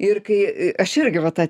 ir kai a aš irgi va tą